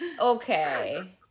Okay